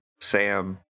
Sam